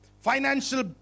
financial